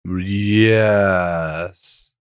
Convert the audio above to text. Yes